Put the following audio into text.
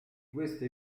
questo